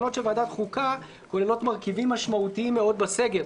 התקנות של ועדת חוקה כוללות מרכיבים משמעותיים מאוד בסגר.